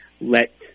let